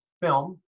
film